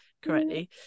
Correctly